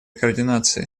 координации